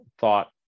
thought